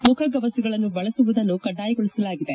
ಮುಖಗವಸಗಳನ್ನು ಬಳಸುವುದನ್ನು ಕಡ್ಡಾಯಗೊಳಿಸಲಾಗಿದೆ